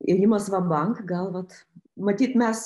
ėjimas va bank gal vat matyt mes